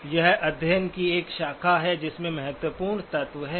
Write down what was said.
तो यह अध्ययन की एक शाखा है जिसमें महत्वपूर्ण तत्व हैं